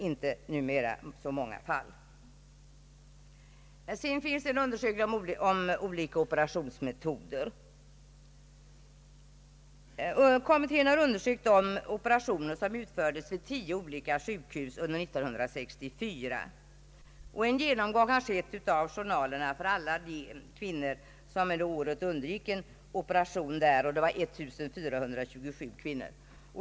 Ytterligare en undersökning gäller olika operationsmetoder. Kommittén har undersökt de operationer som utfördes vid tio olika sjukhus under 1964. En genomgång har skett av journalerna för dessa kvinnor, d.v.s. 1427 fall.